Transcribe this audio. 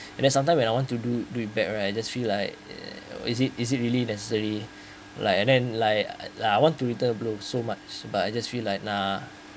and then sometime when I want to do do it bad right just feel like is it is it really necessary like and then like I want to return so much but I just feel like uh